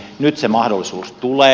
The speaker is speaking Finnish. nyt se mahdollisuus tulee